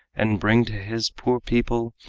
and bring to his poor people,